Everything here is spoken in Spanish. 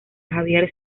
javier